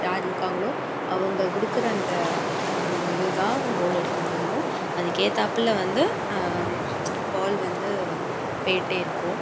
யார் இருக்காங்களோ அவங்க கொடுக்குற அந்த அந்த இதுதான் கோல் அடிக்க முடியும் அதுக்கேற்றாப்புல வந்து பால் வந்து போய்ட்டே இருக்கும்